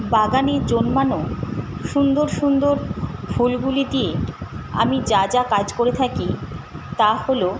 বাগানে জন্মানো সুন্দর সুন্দর ফুলগুলি দিয়ে আমি যা যা কাজ করে থাকি তা হল